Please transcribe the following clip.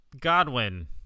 Godwin